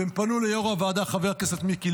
והם פנו ליו"ר הוועדה חבר הכנסת מיקי